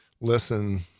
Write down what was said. listen